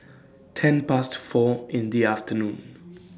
ten Past four in The afternoon